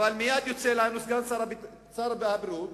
אבל מייד יוצא אלינו סגן שר הבריאות,